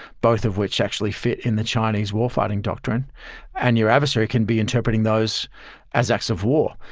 both of which actually fit in the chinese war fighting doctrine and your adversary can be interpreting those as acts of war.